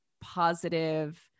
positive